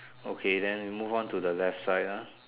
okay then we move on to the left side ah